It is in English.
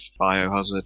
Biohazard